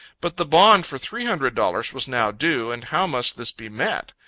but the bond for three hundred dollars was now due, and how must this be met?